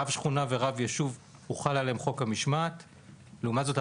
על רב שכונה ורב יישוב חוק המשמעת הוחל; לעומת זאת,